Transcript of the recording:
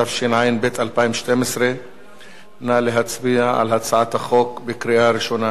התשע"ב 2012. נא להצביע על הצעת החוק בקריאה ראשונה.